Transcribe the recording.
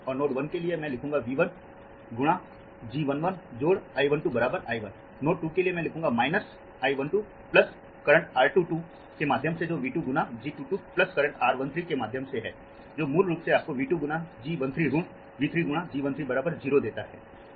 और नोड 1 के लिए मैं लिखूंगा V 1 गुना G 1 1 जोड़ I 1 2 बराबर I 1नोड 2 के लिए मैं लिखूंगा minus I 1 2 plus current R 2 2 के माध्यम से जो V 2 गुना G 2 2 प्लस करंट R 1 3 के माध्यम से हैजो मूल रूप से आपको V 2 गुना G 1 3 ऋण V 3 गुना G 1 3 बराबर 0 देता है